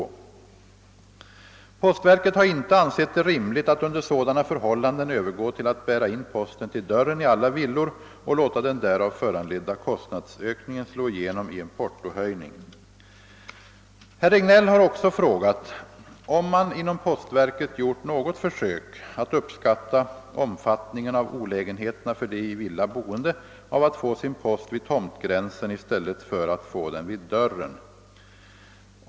Postverket har inte ansett det rimligt att under sådana förhållanden övergå till att bära in posten till dörren i alla villor och låta den därav föranledda kostnadsökningen slå igenom i en portohöjning. Herr Regnéll har också frågat, om man inom postverket gjort något försök att uppskatta omfattningen av olägenheterna för de i villa boende av att få sin post vid tomtgränsen i stället för att få den vid dörren.